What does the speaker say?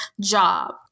job